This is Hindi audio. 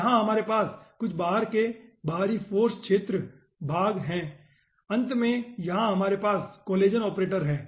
यहां हमारे पास कुछ प्रकार के बाहरी फाॅर्स क्षेत्र भाग हैं और अंत में यहां हमारे पास कोलेजन ऑपरेटर हैं